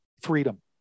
freedom